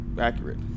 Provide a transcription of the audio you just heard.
accurate